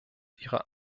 ihrer